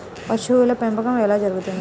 పశువుల పెంపకం ఎలా జరుగుతుంది?